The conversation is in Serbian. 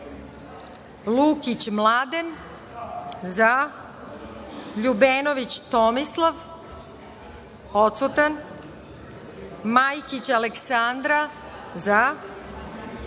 zaLukić Mladen – zaLJubenović Tomislav – odsutanMajkić Aleksandra –